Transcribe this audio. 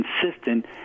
consistent